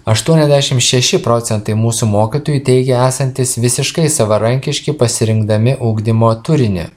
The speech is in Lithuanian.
aštuoniasdešim šeši procentai mūsų mokytojų teigia esantys visiškai savarankiški pasirinkdami ugdymo turinį